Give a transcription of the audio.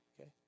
Okay